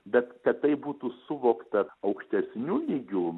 bet kad tai būtų suvokta aukštesniu lygiu